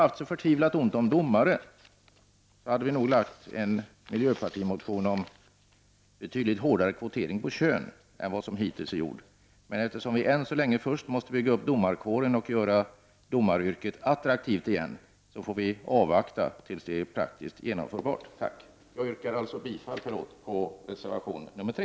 Om det inte hade varit så ont om domare hade vi nog väckt en miljöpartimotion om betydligt hårdare kvotering efter kön, men eftersom domarkåren först måste byggas upp och domaryrket göras attraktivt får vi avvakta tills det är praktiskt genomförbart. Jag yrkar bifall till reservation 3.